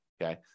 Okay